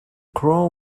crow